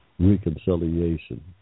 Reconciliation